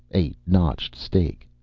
a notched stake.